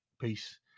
Peace